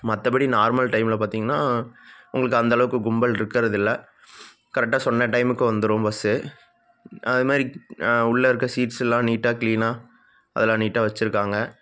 மற்றபடி நார்மல் டைமில் பார்த்தீங்கன்னா உங்களுக்கு அந்தளவுக்கு கும்பல் இருக்கிறதில்ல கரெக்டாக சொன்ன டைமுக்கு வந்துடும் பஸ்ஸு அது மாதிரி உள்ளே இருக்கற சீட்ஸ்ஸெல்லாம் நீட்டாக க்ளீனாக அதெல்லாம் நீட்டாக வெச்சுருக்காங்க